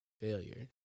failure